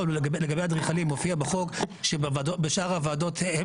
לגבי אדריכלים מופיע בחוק שבשאר הוועדות הם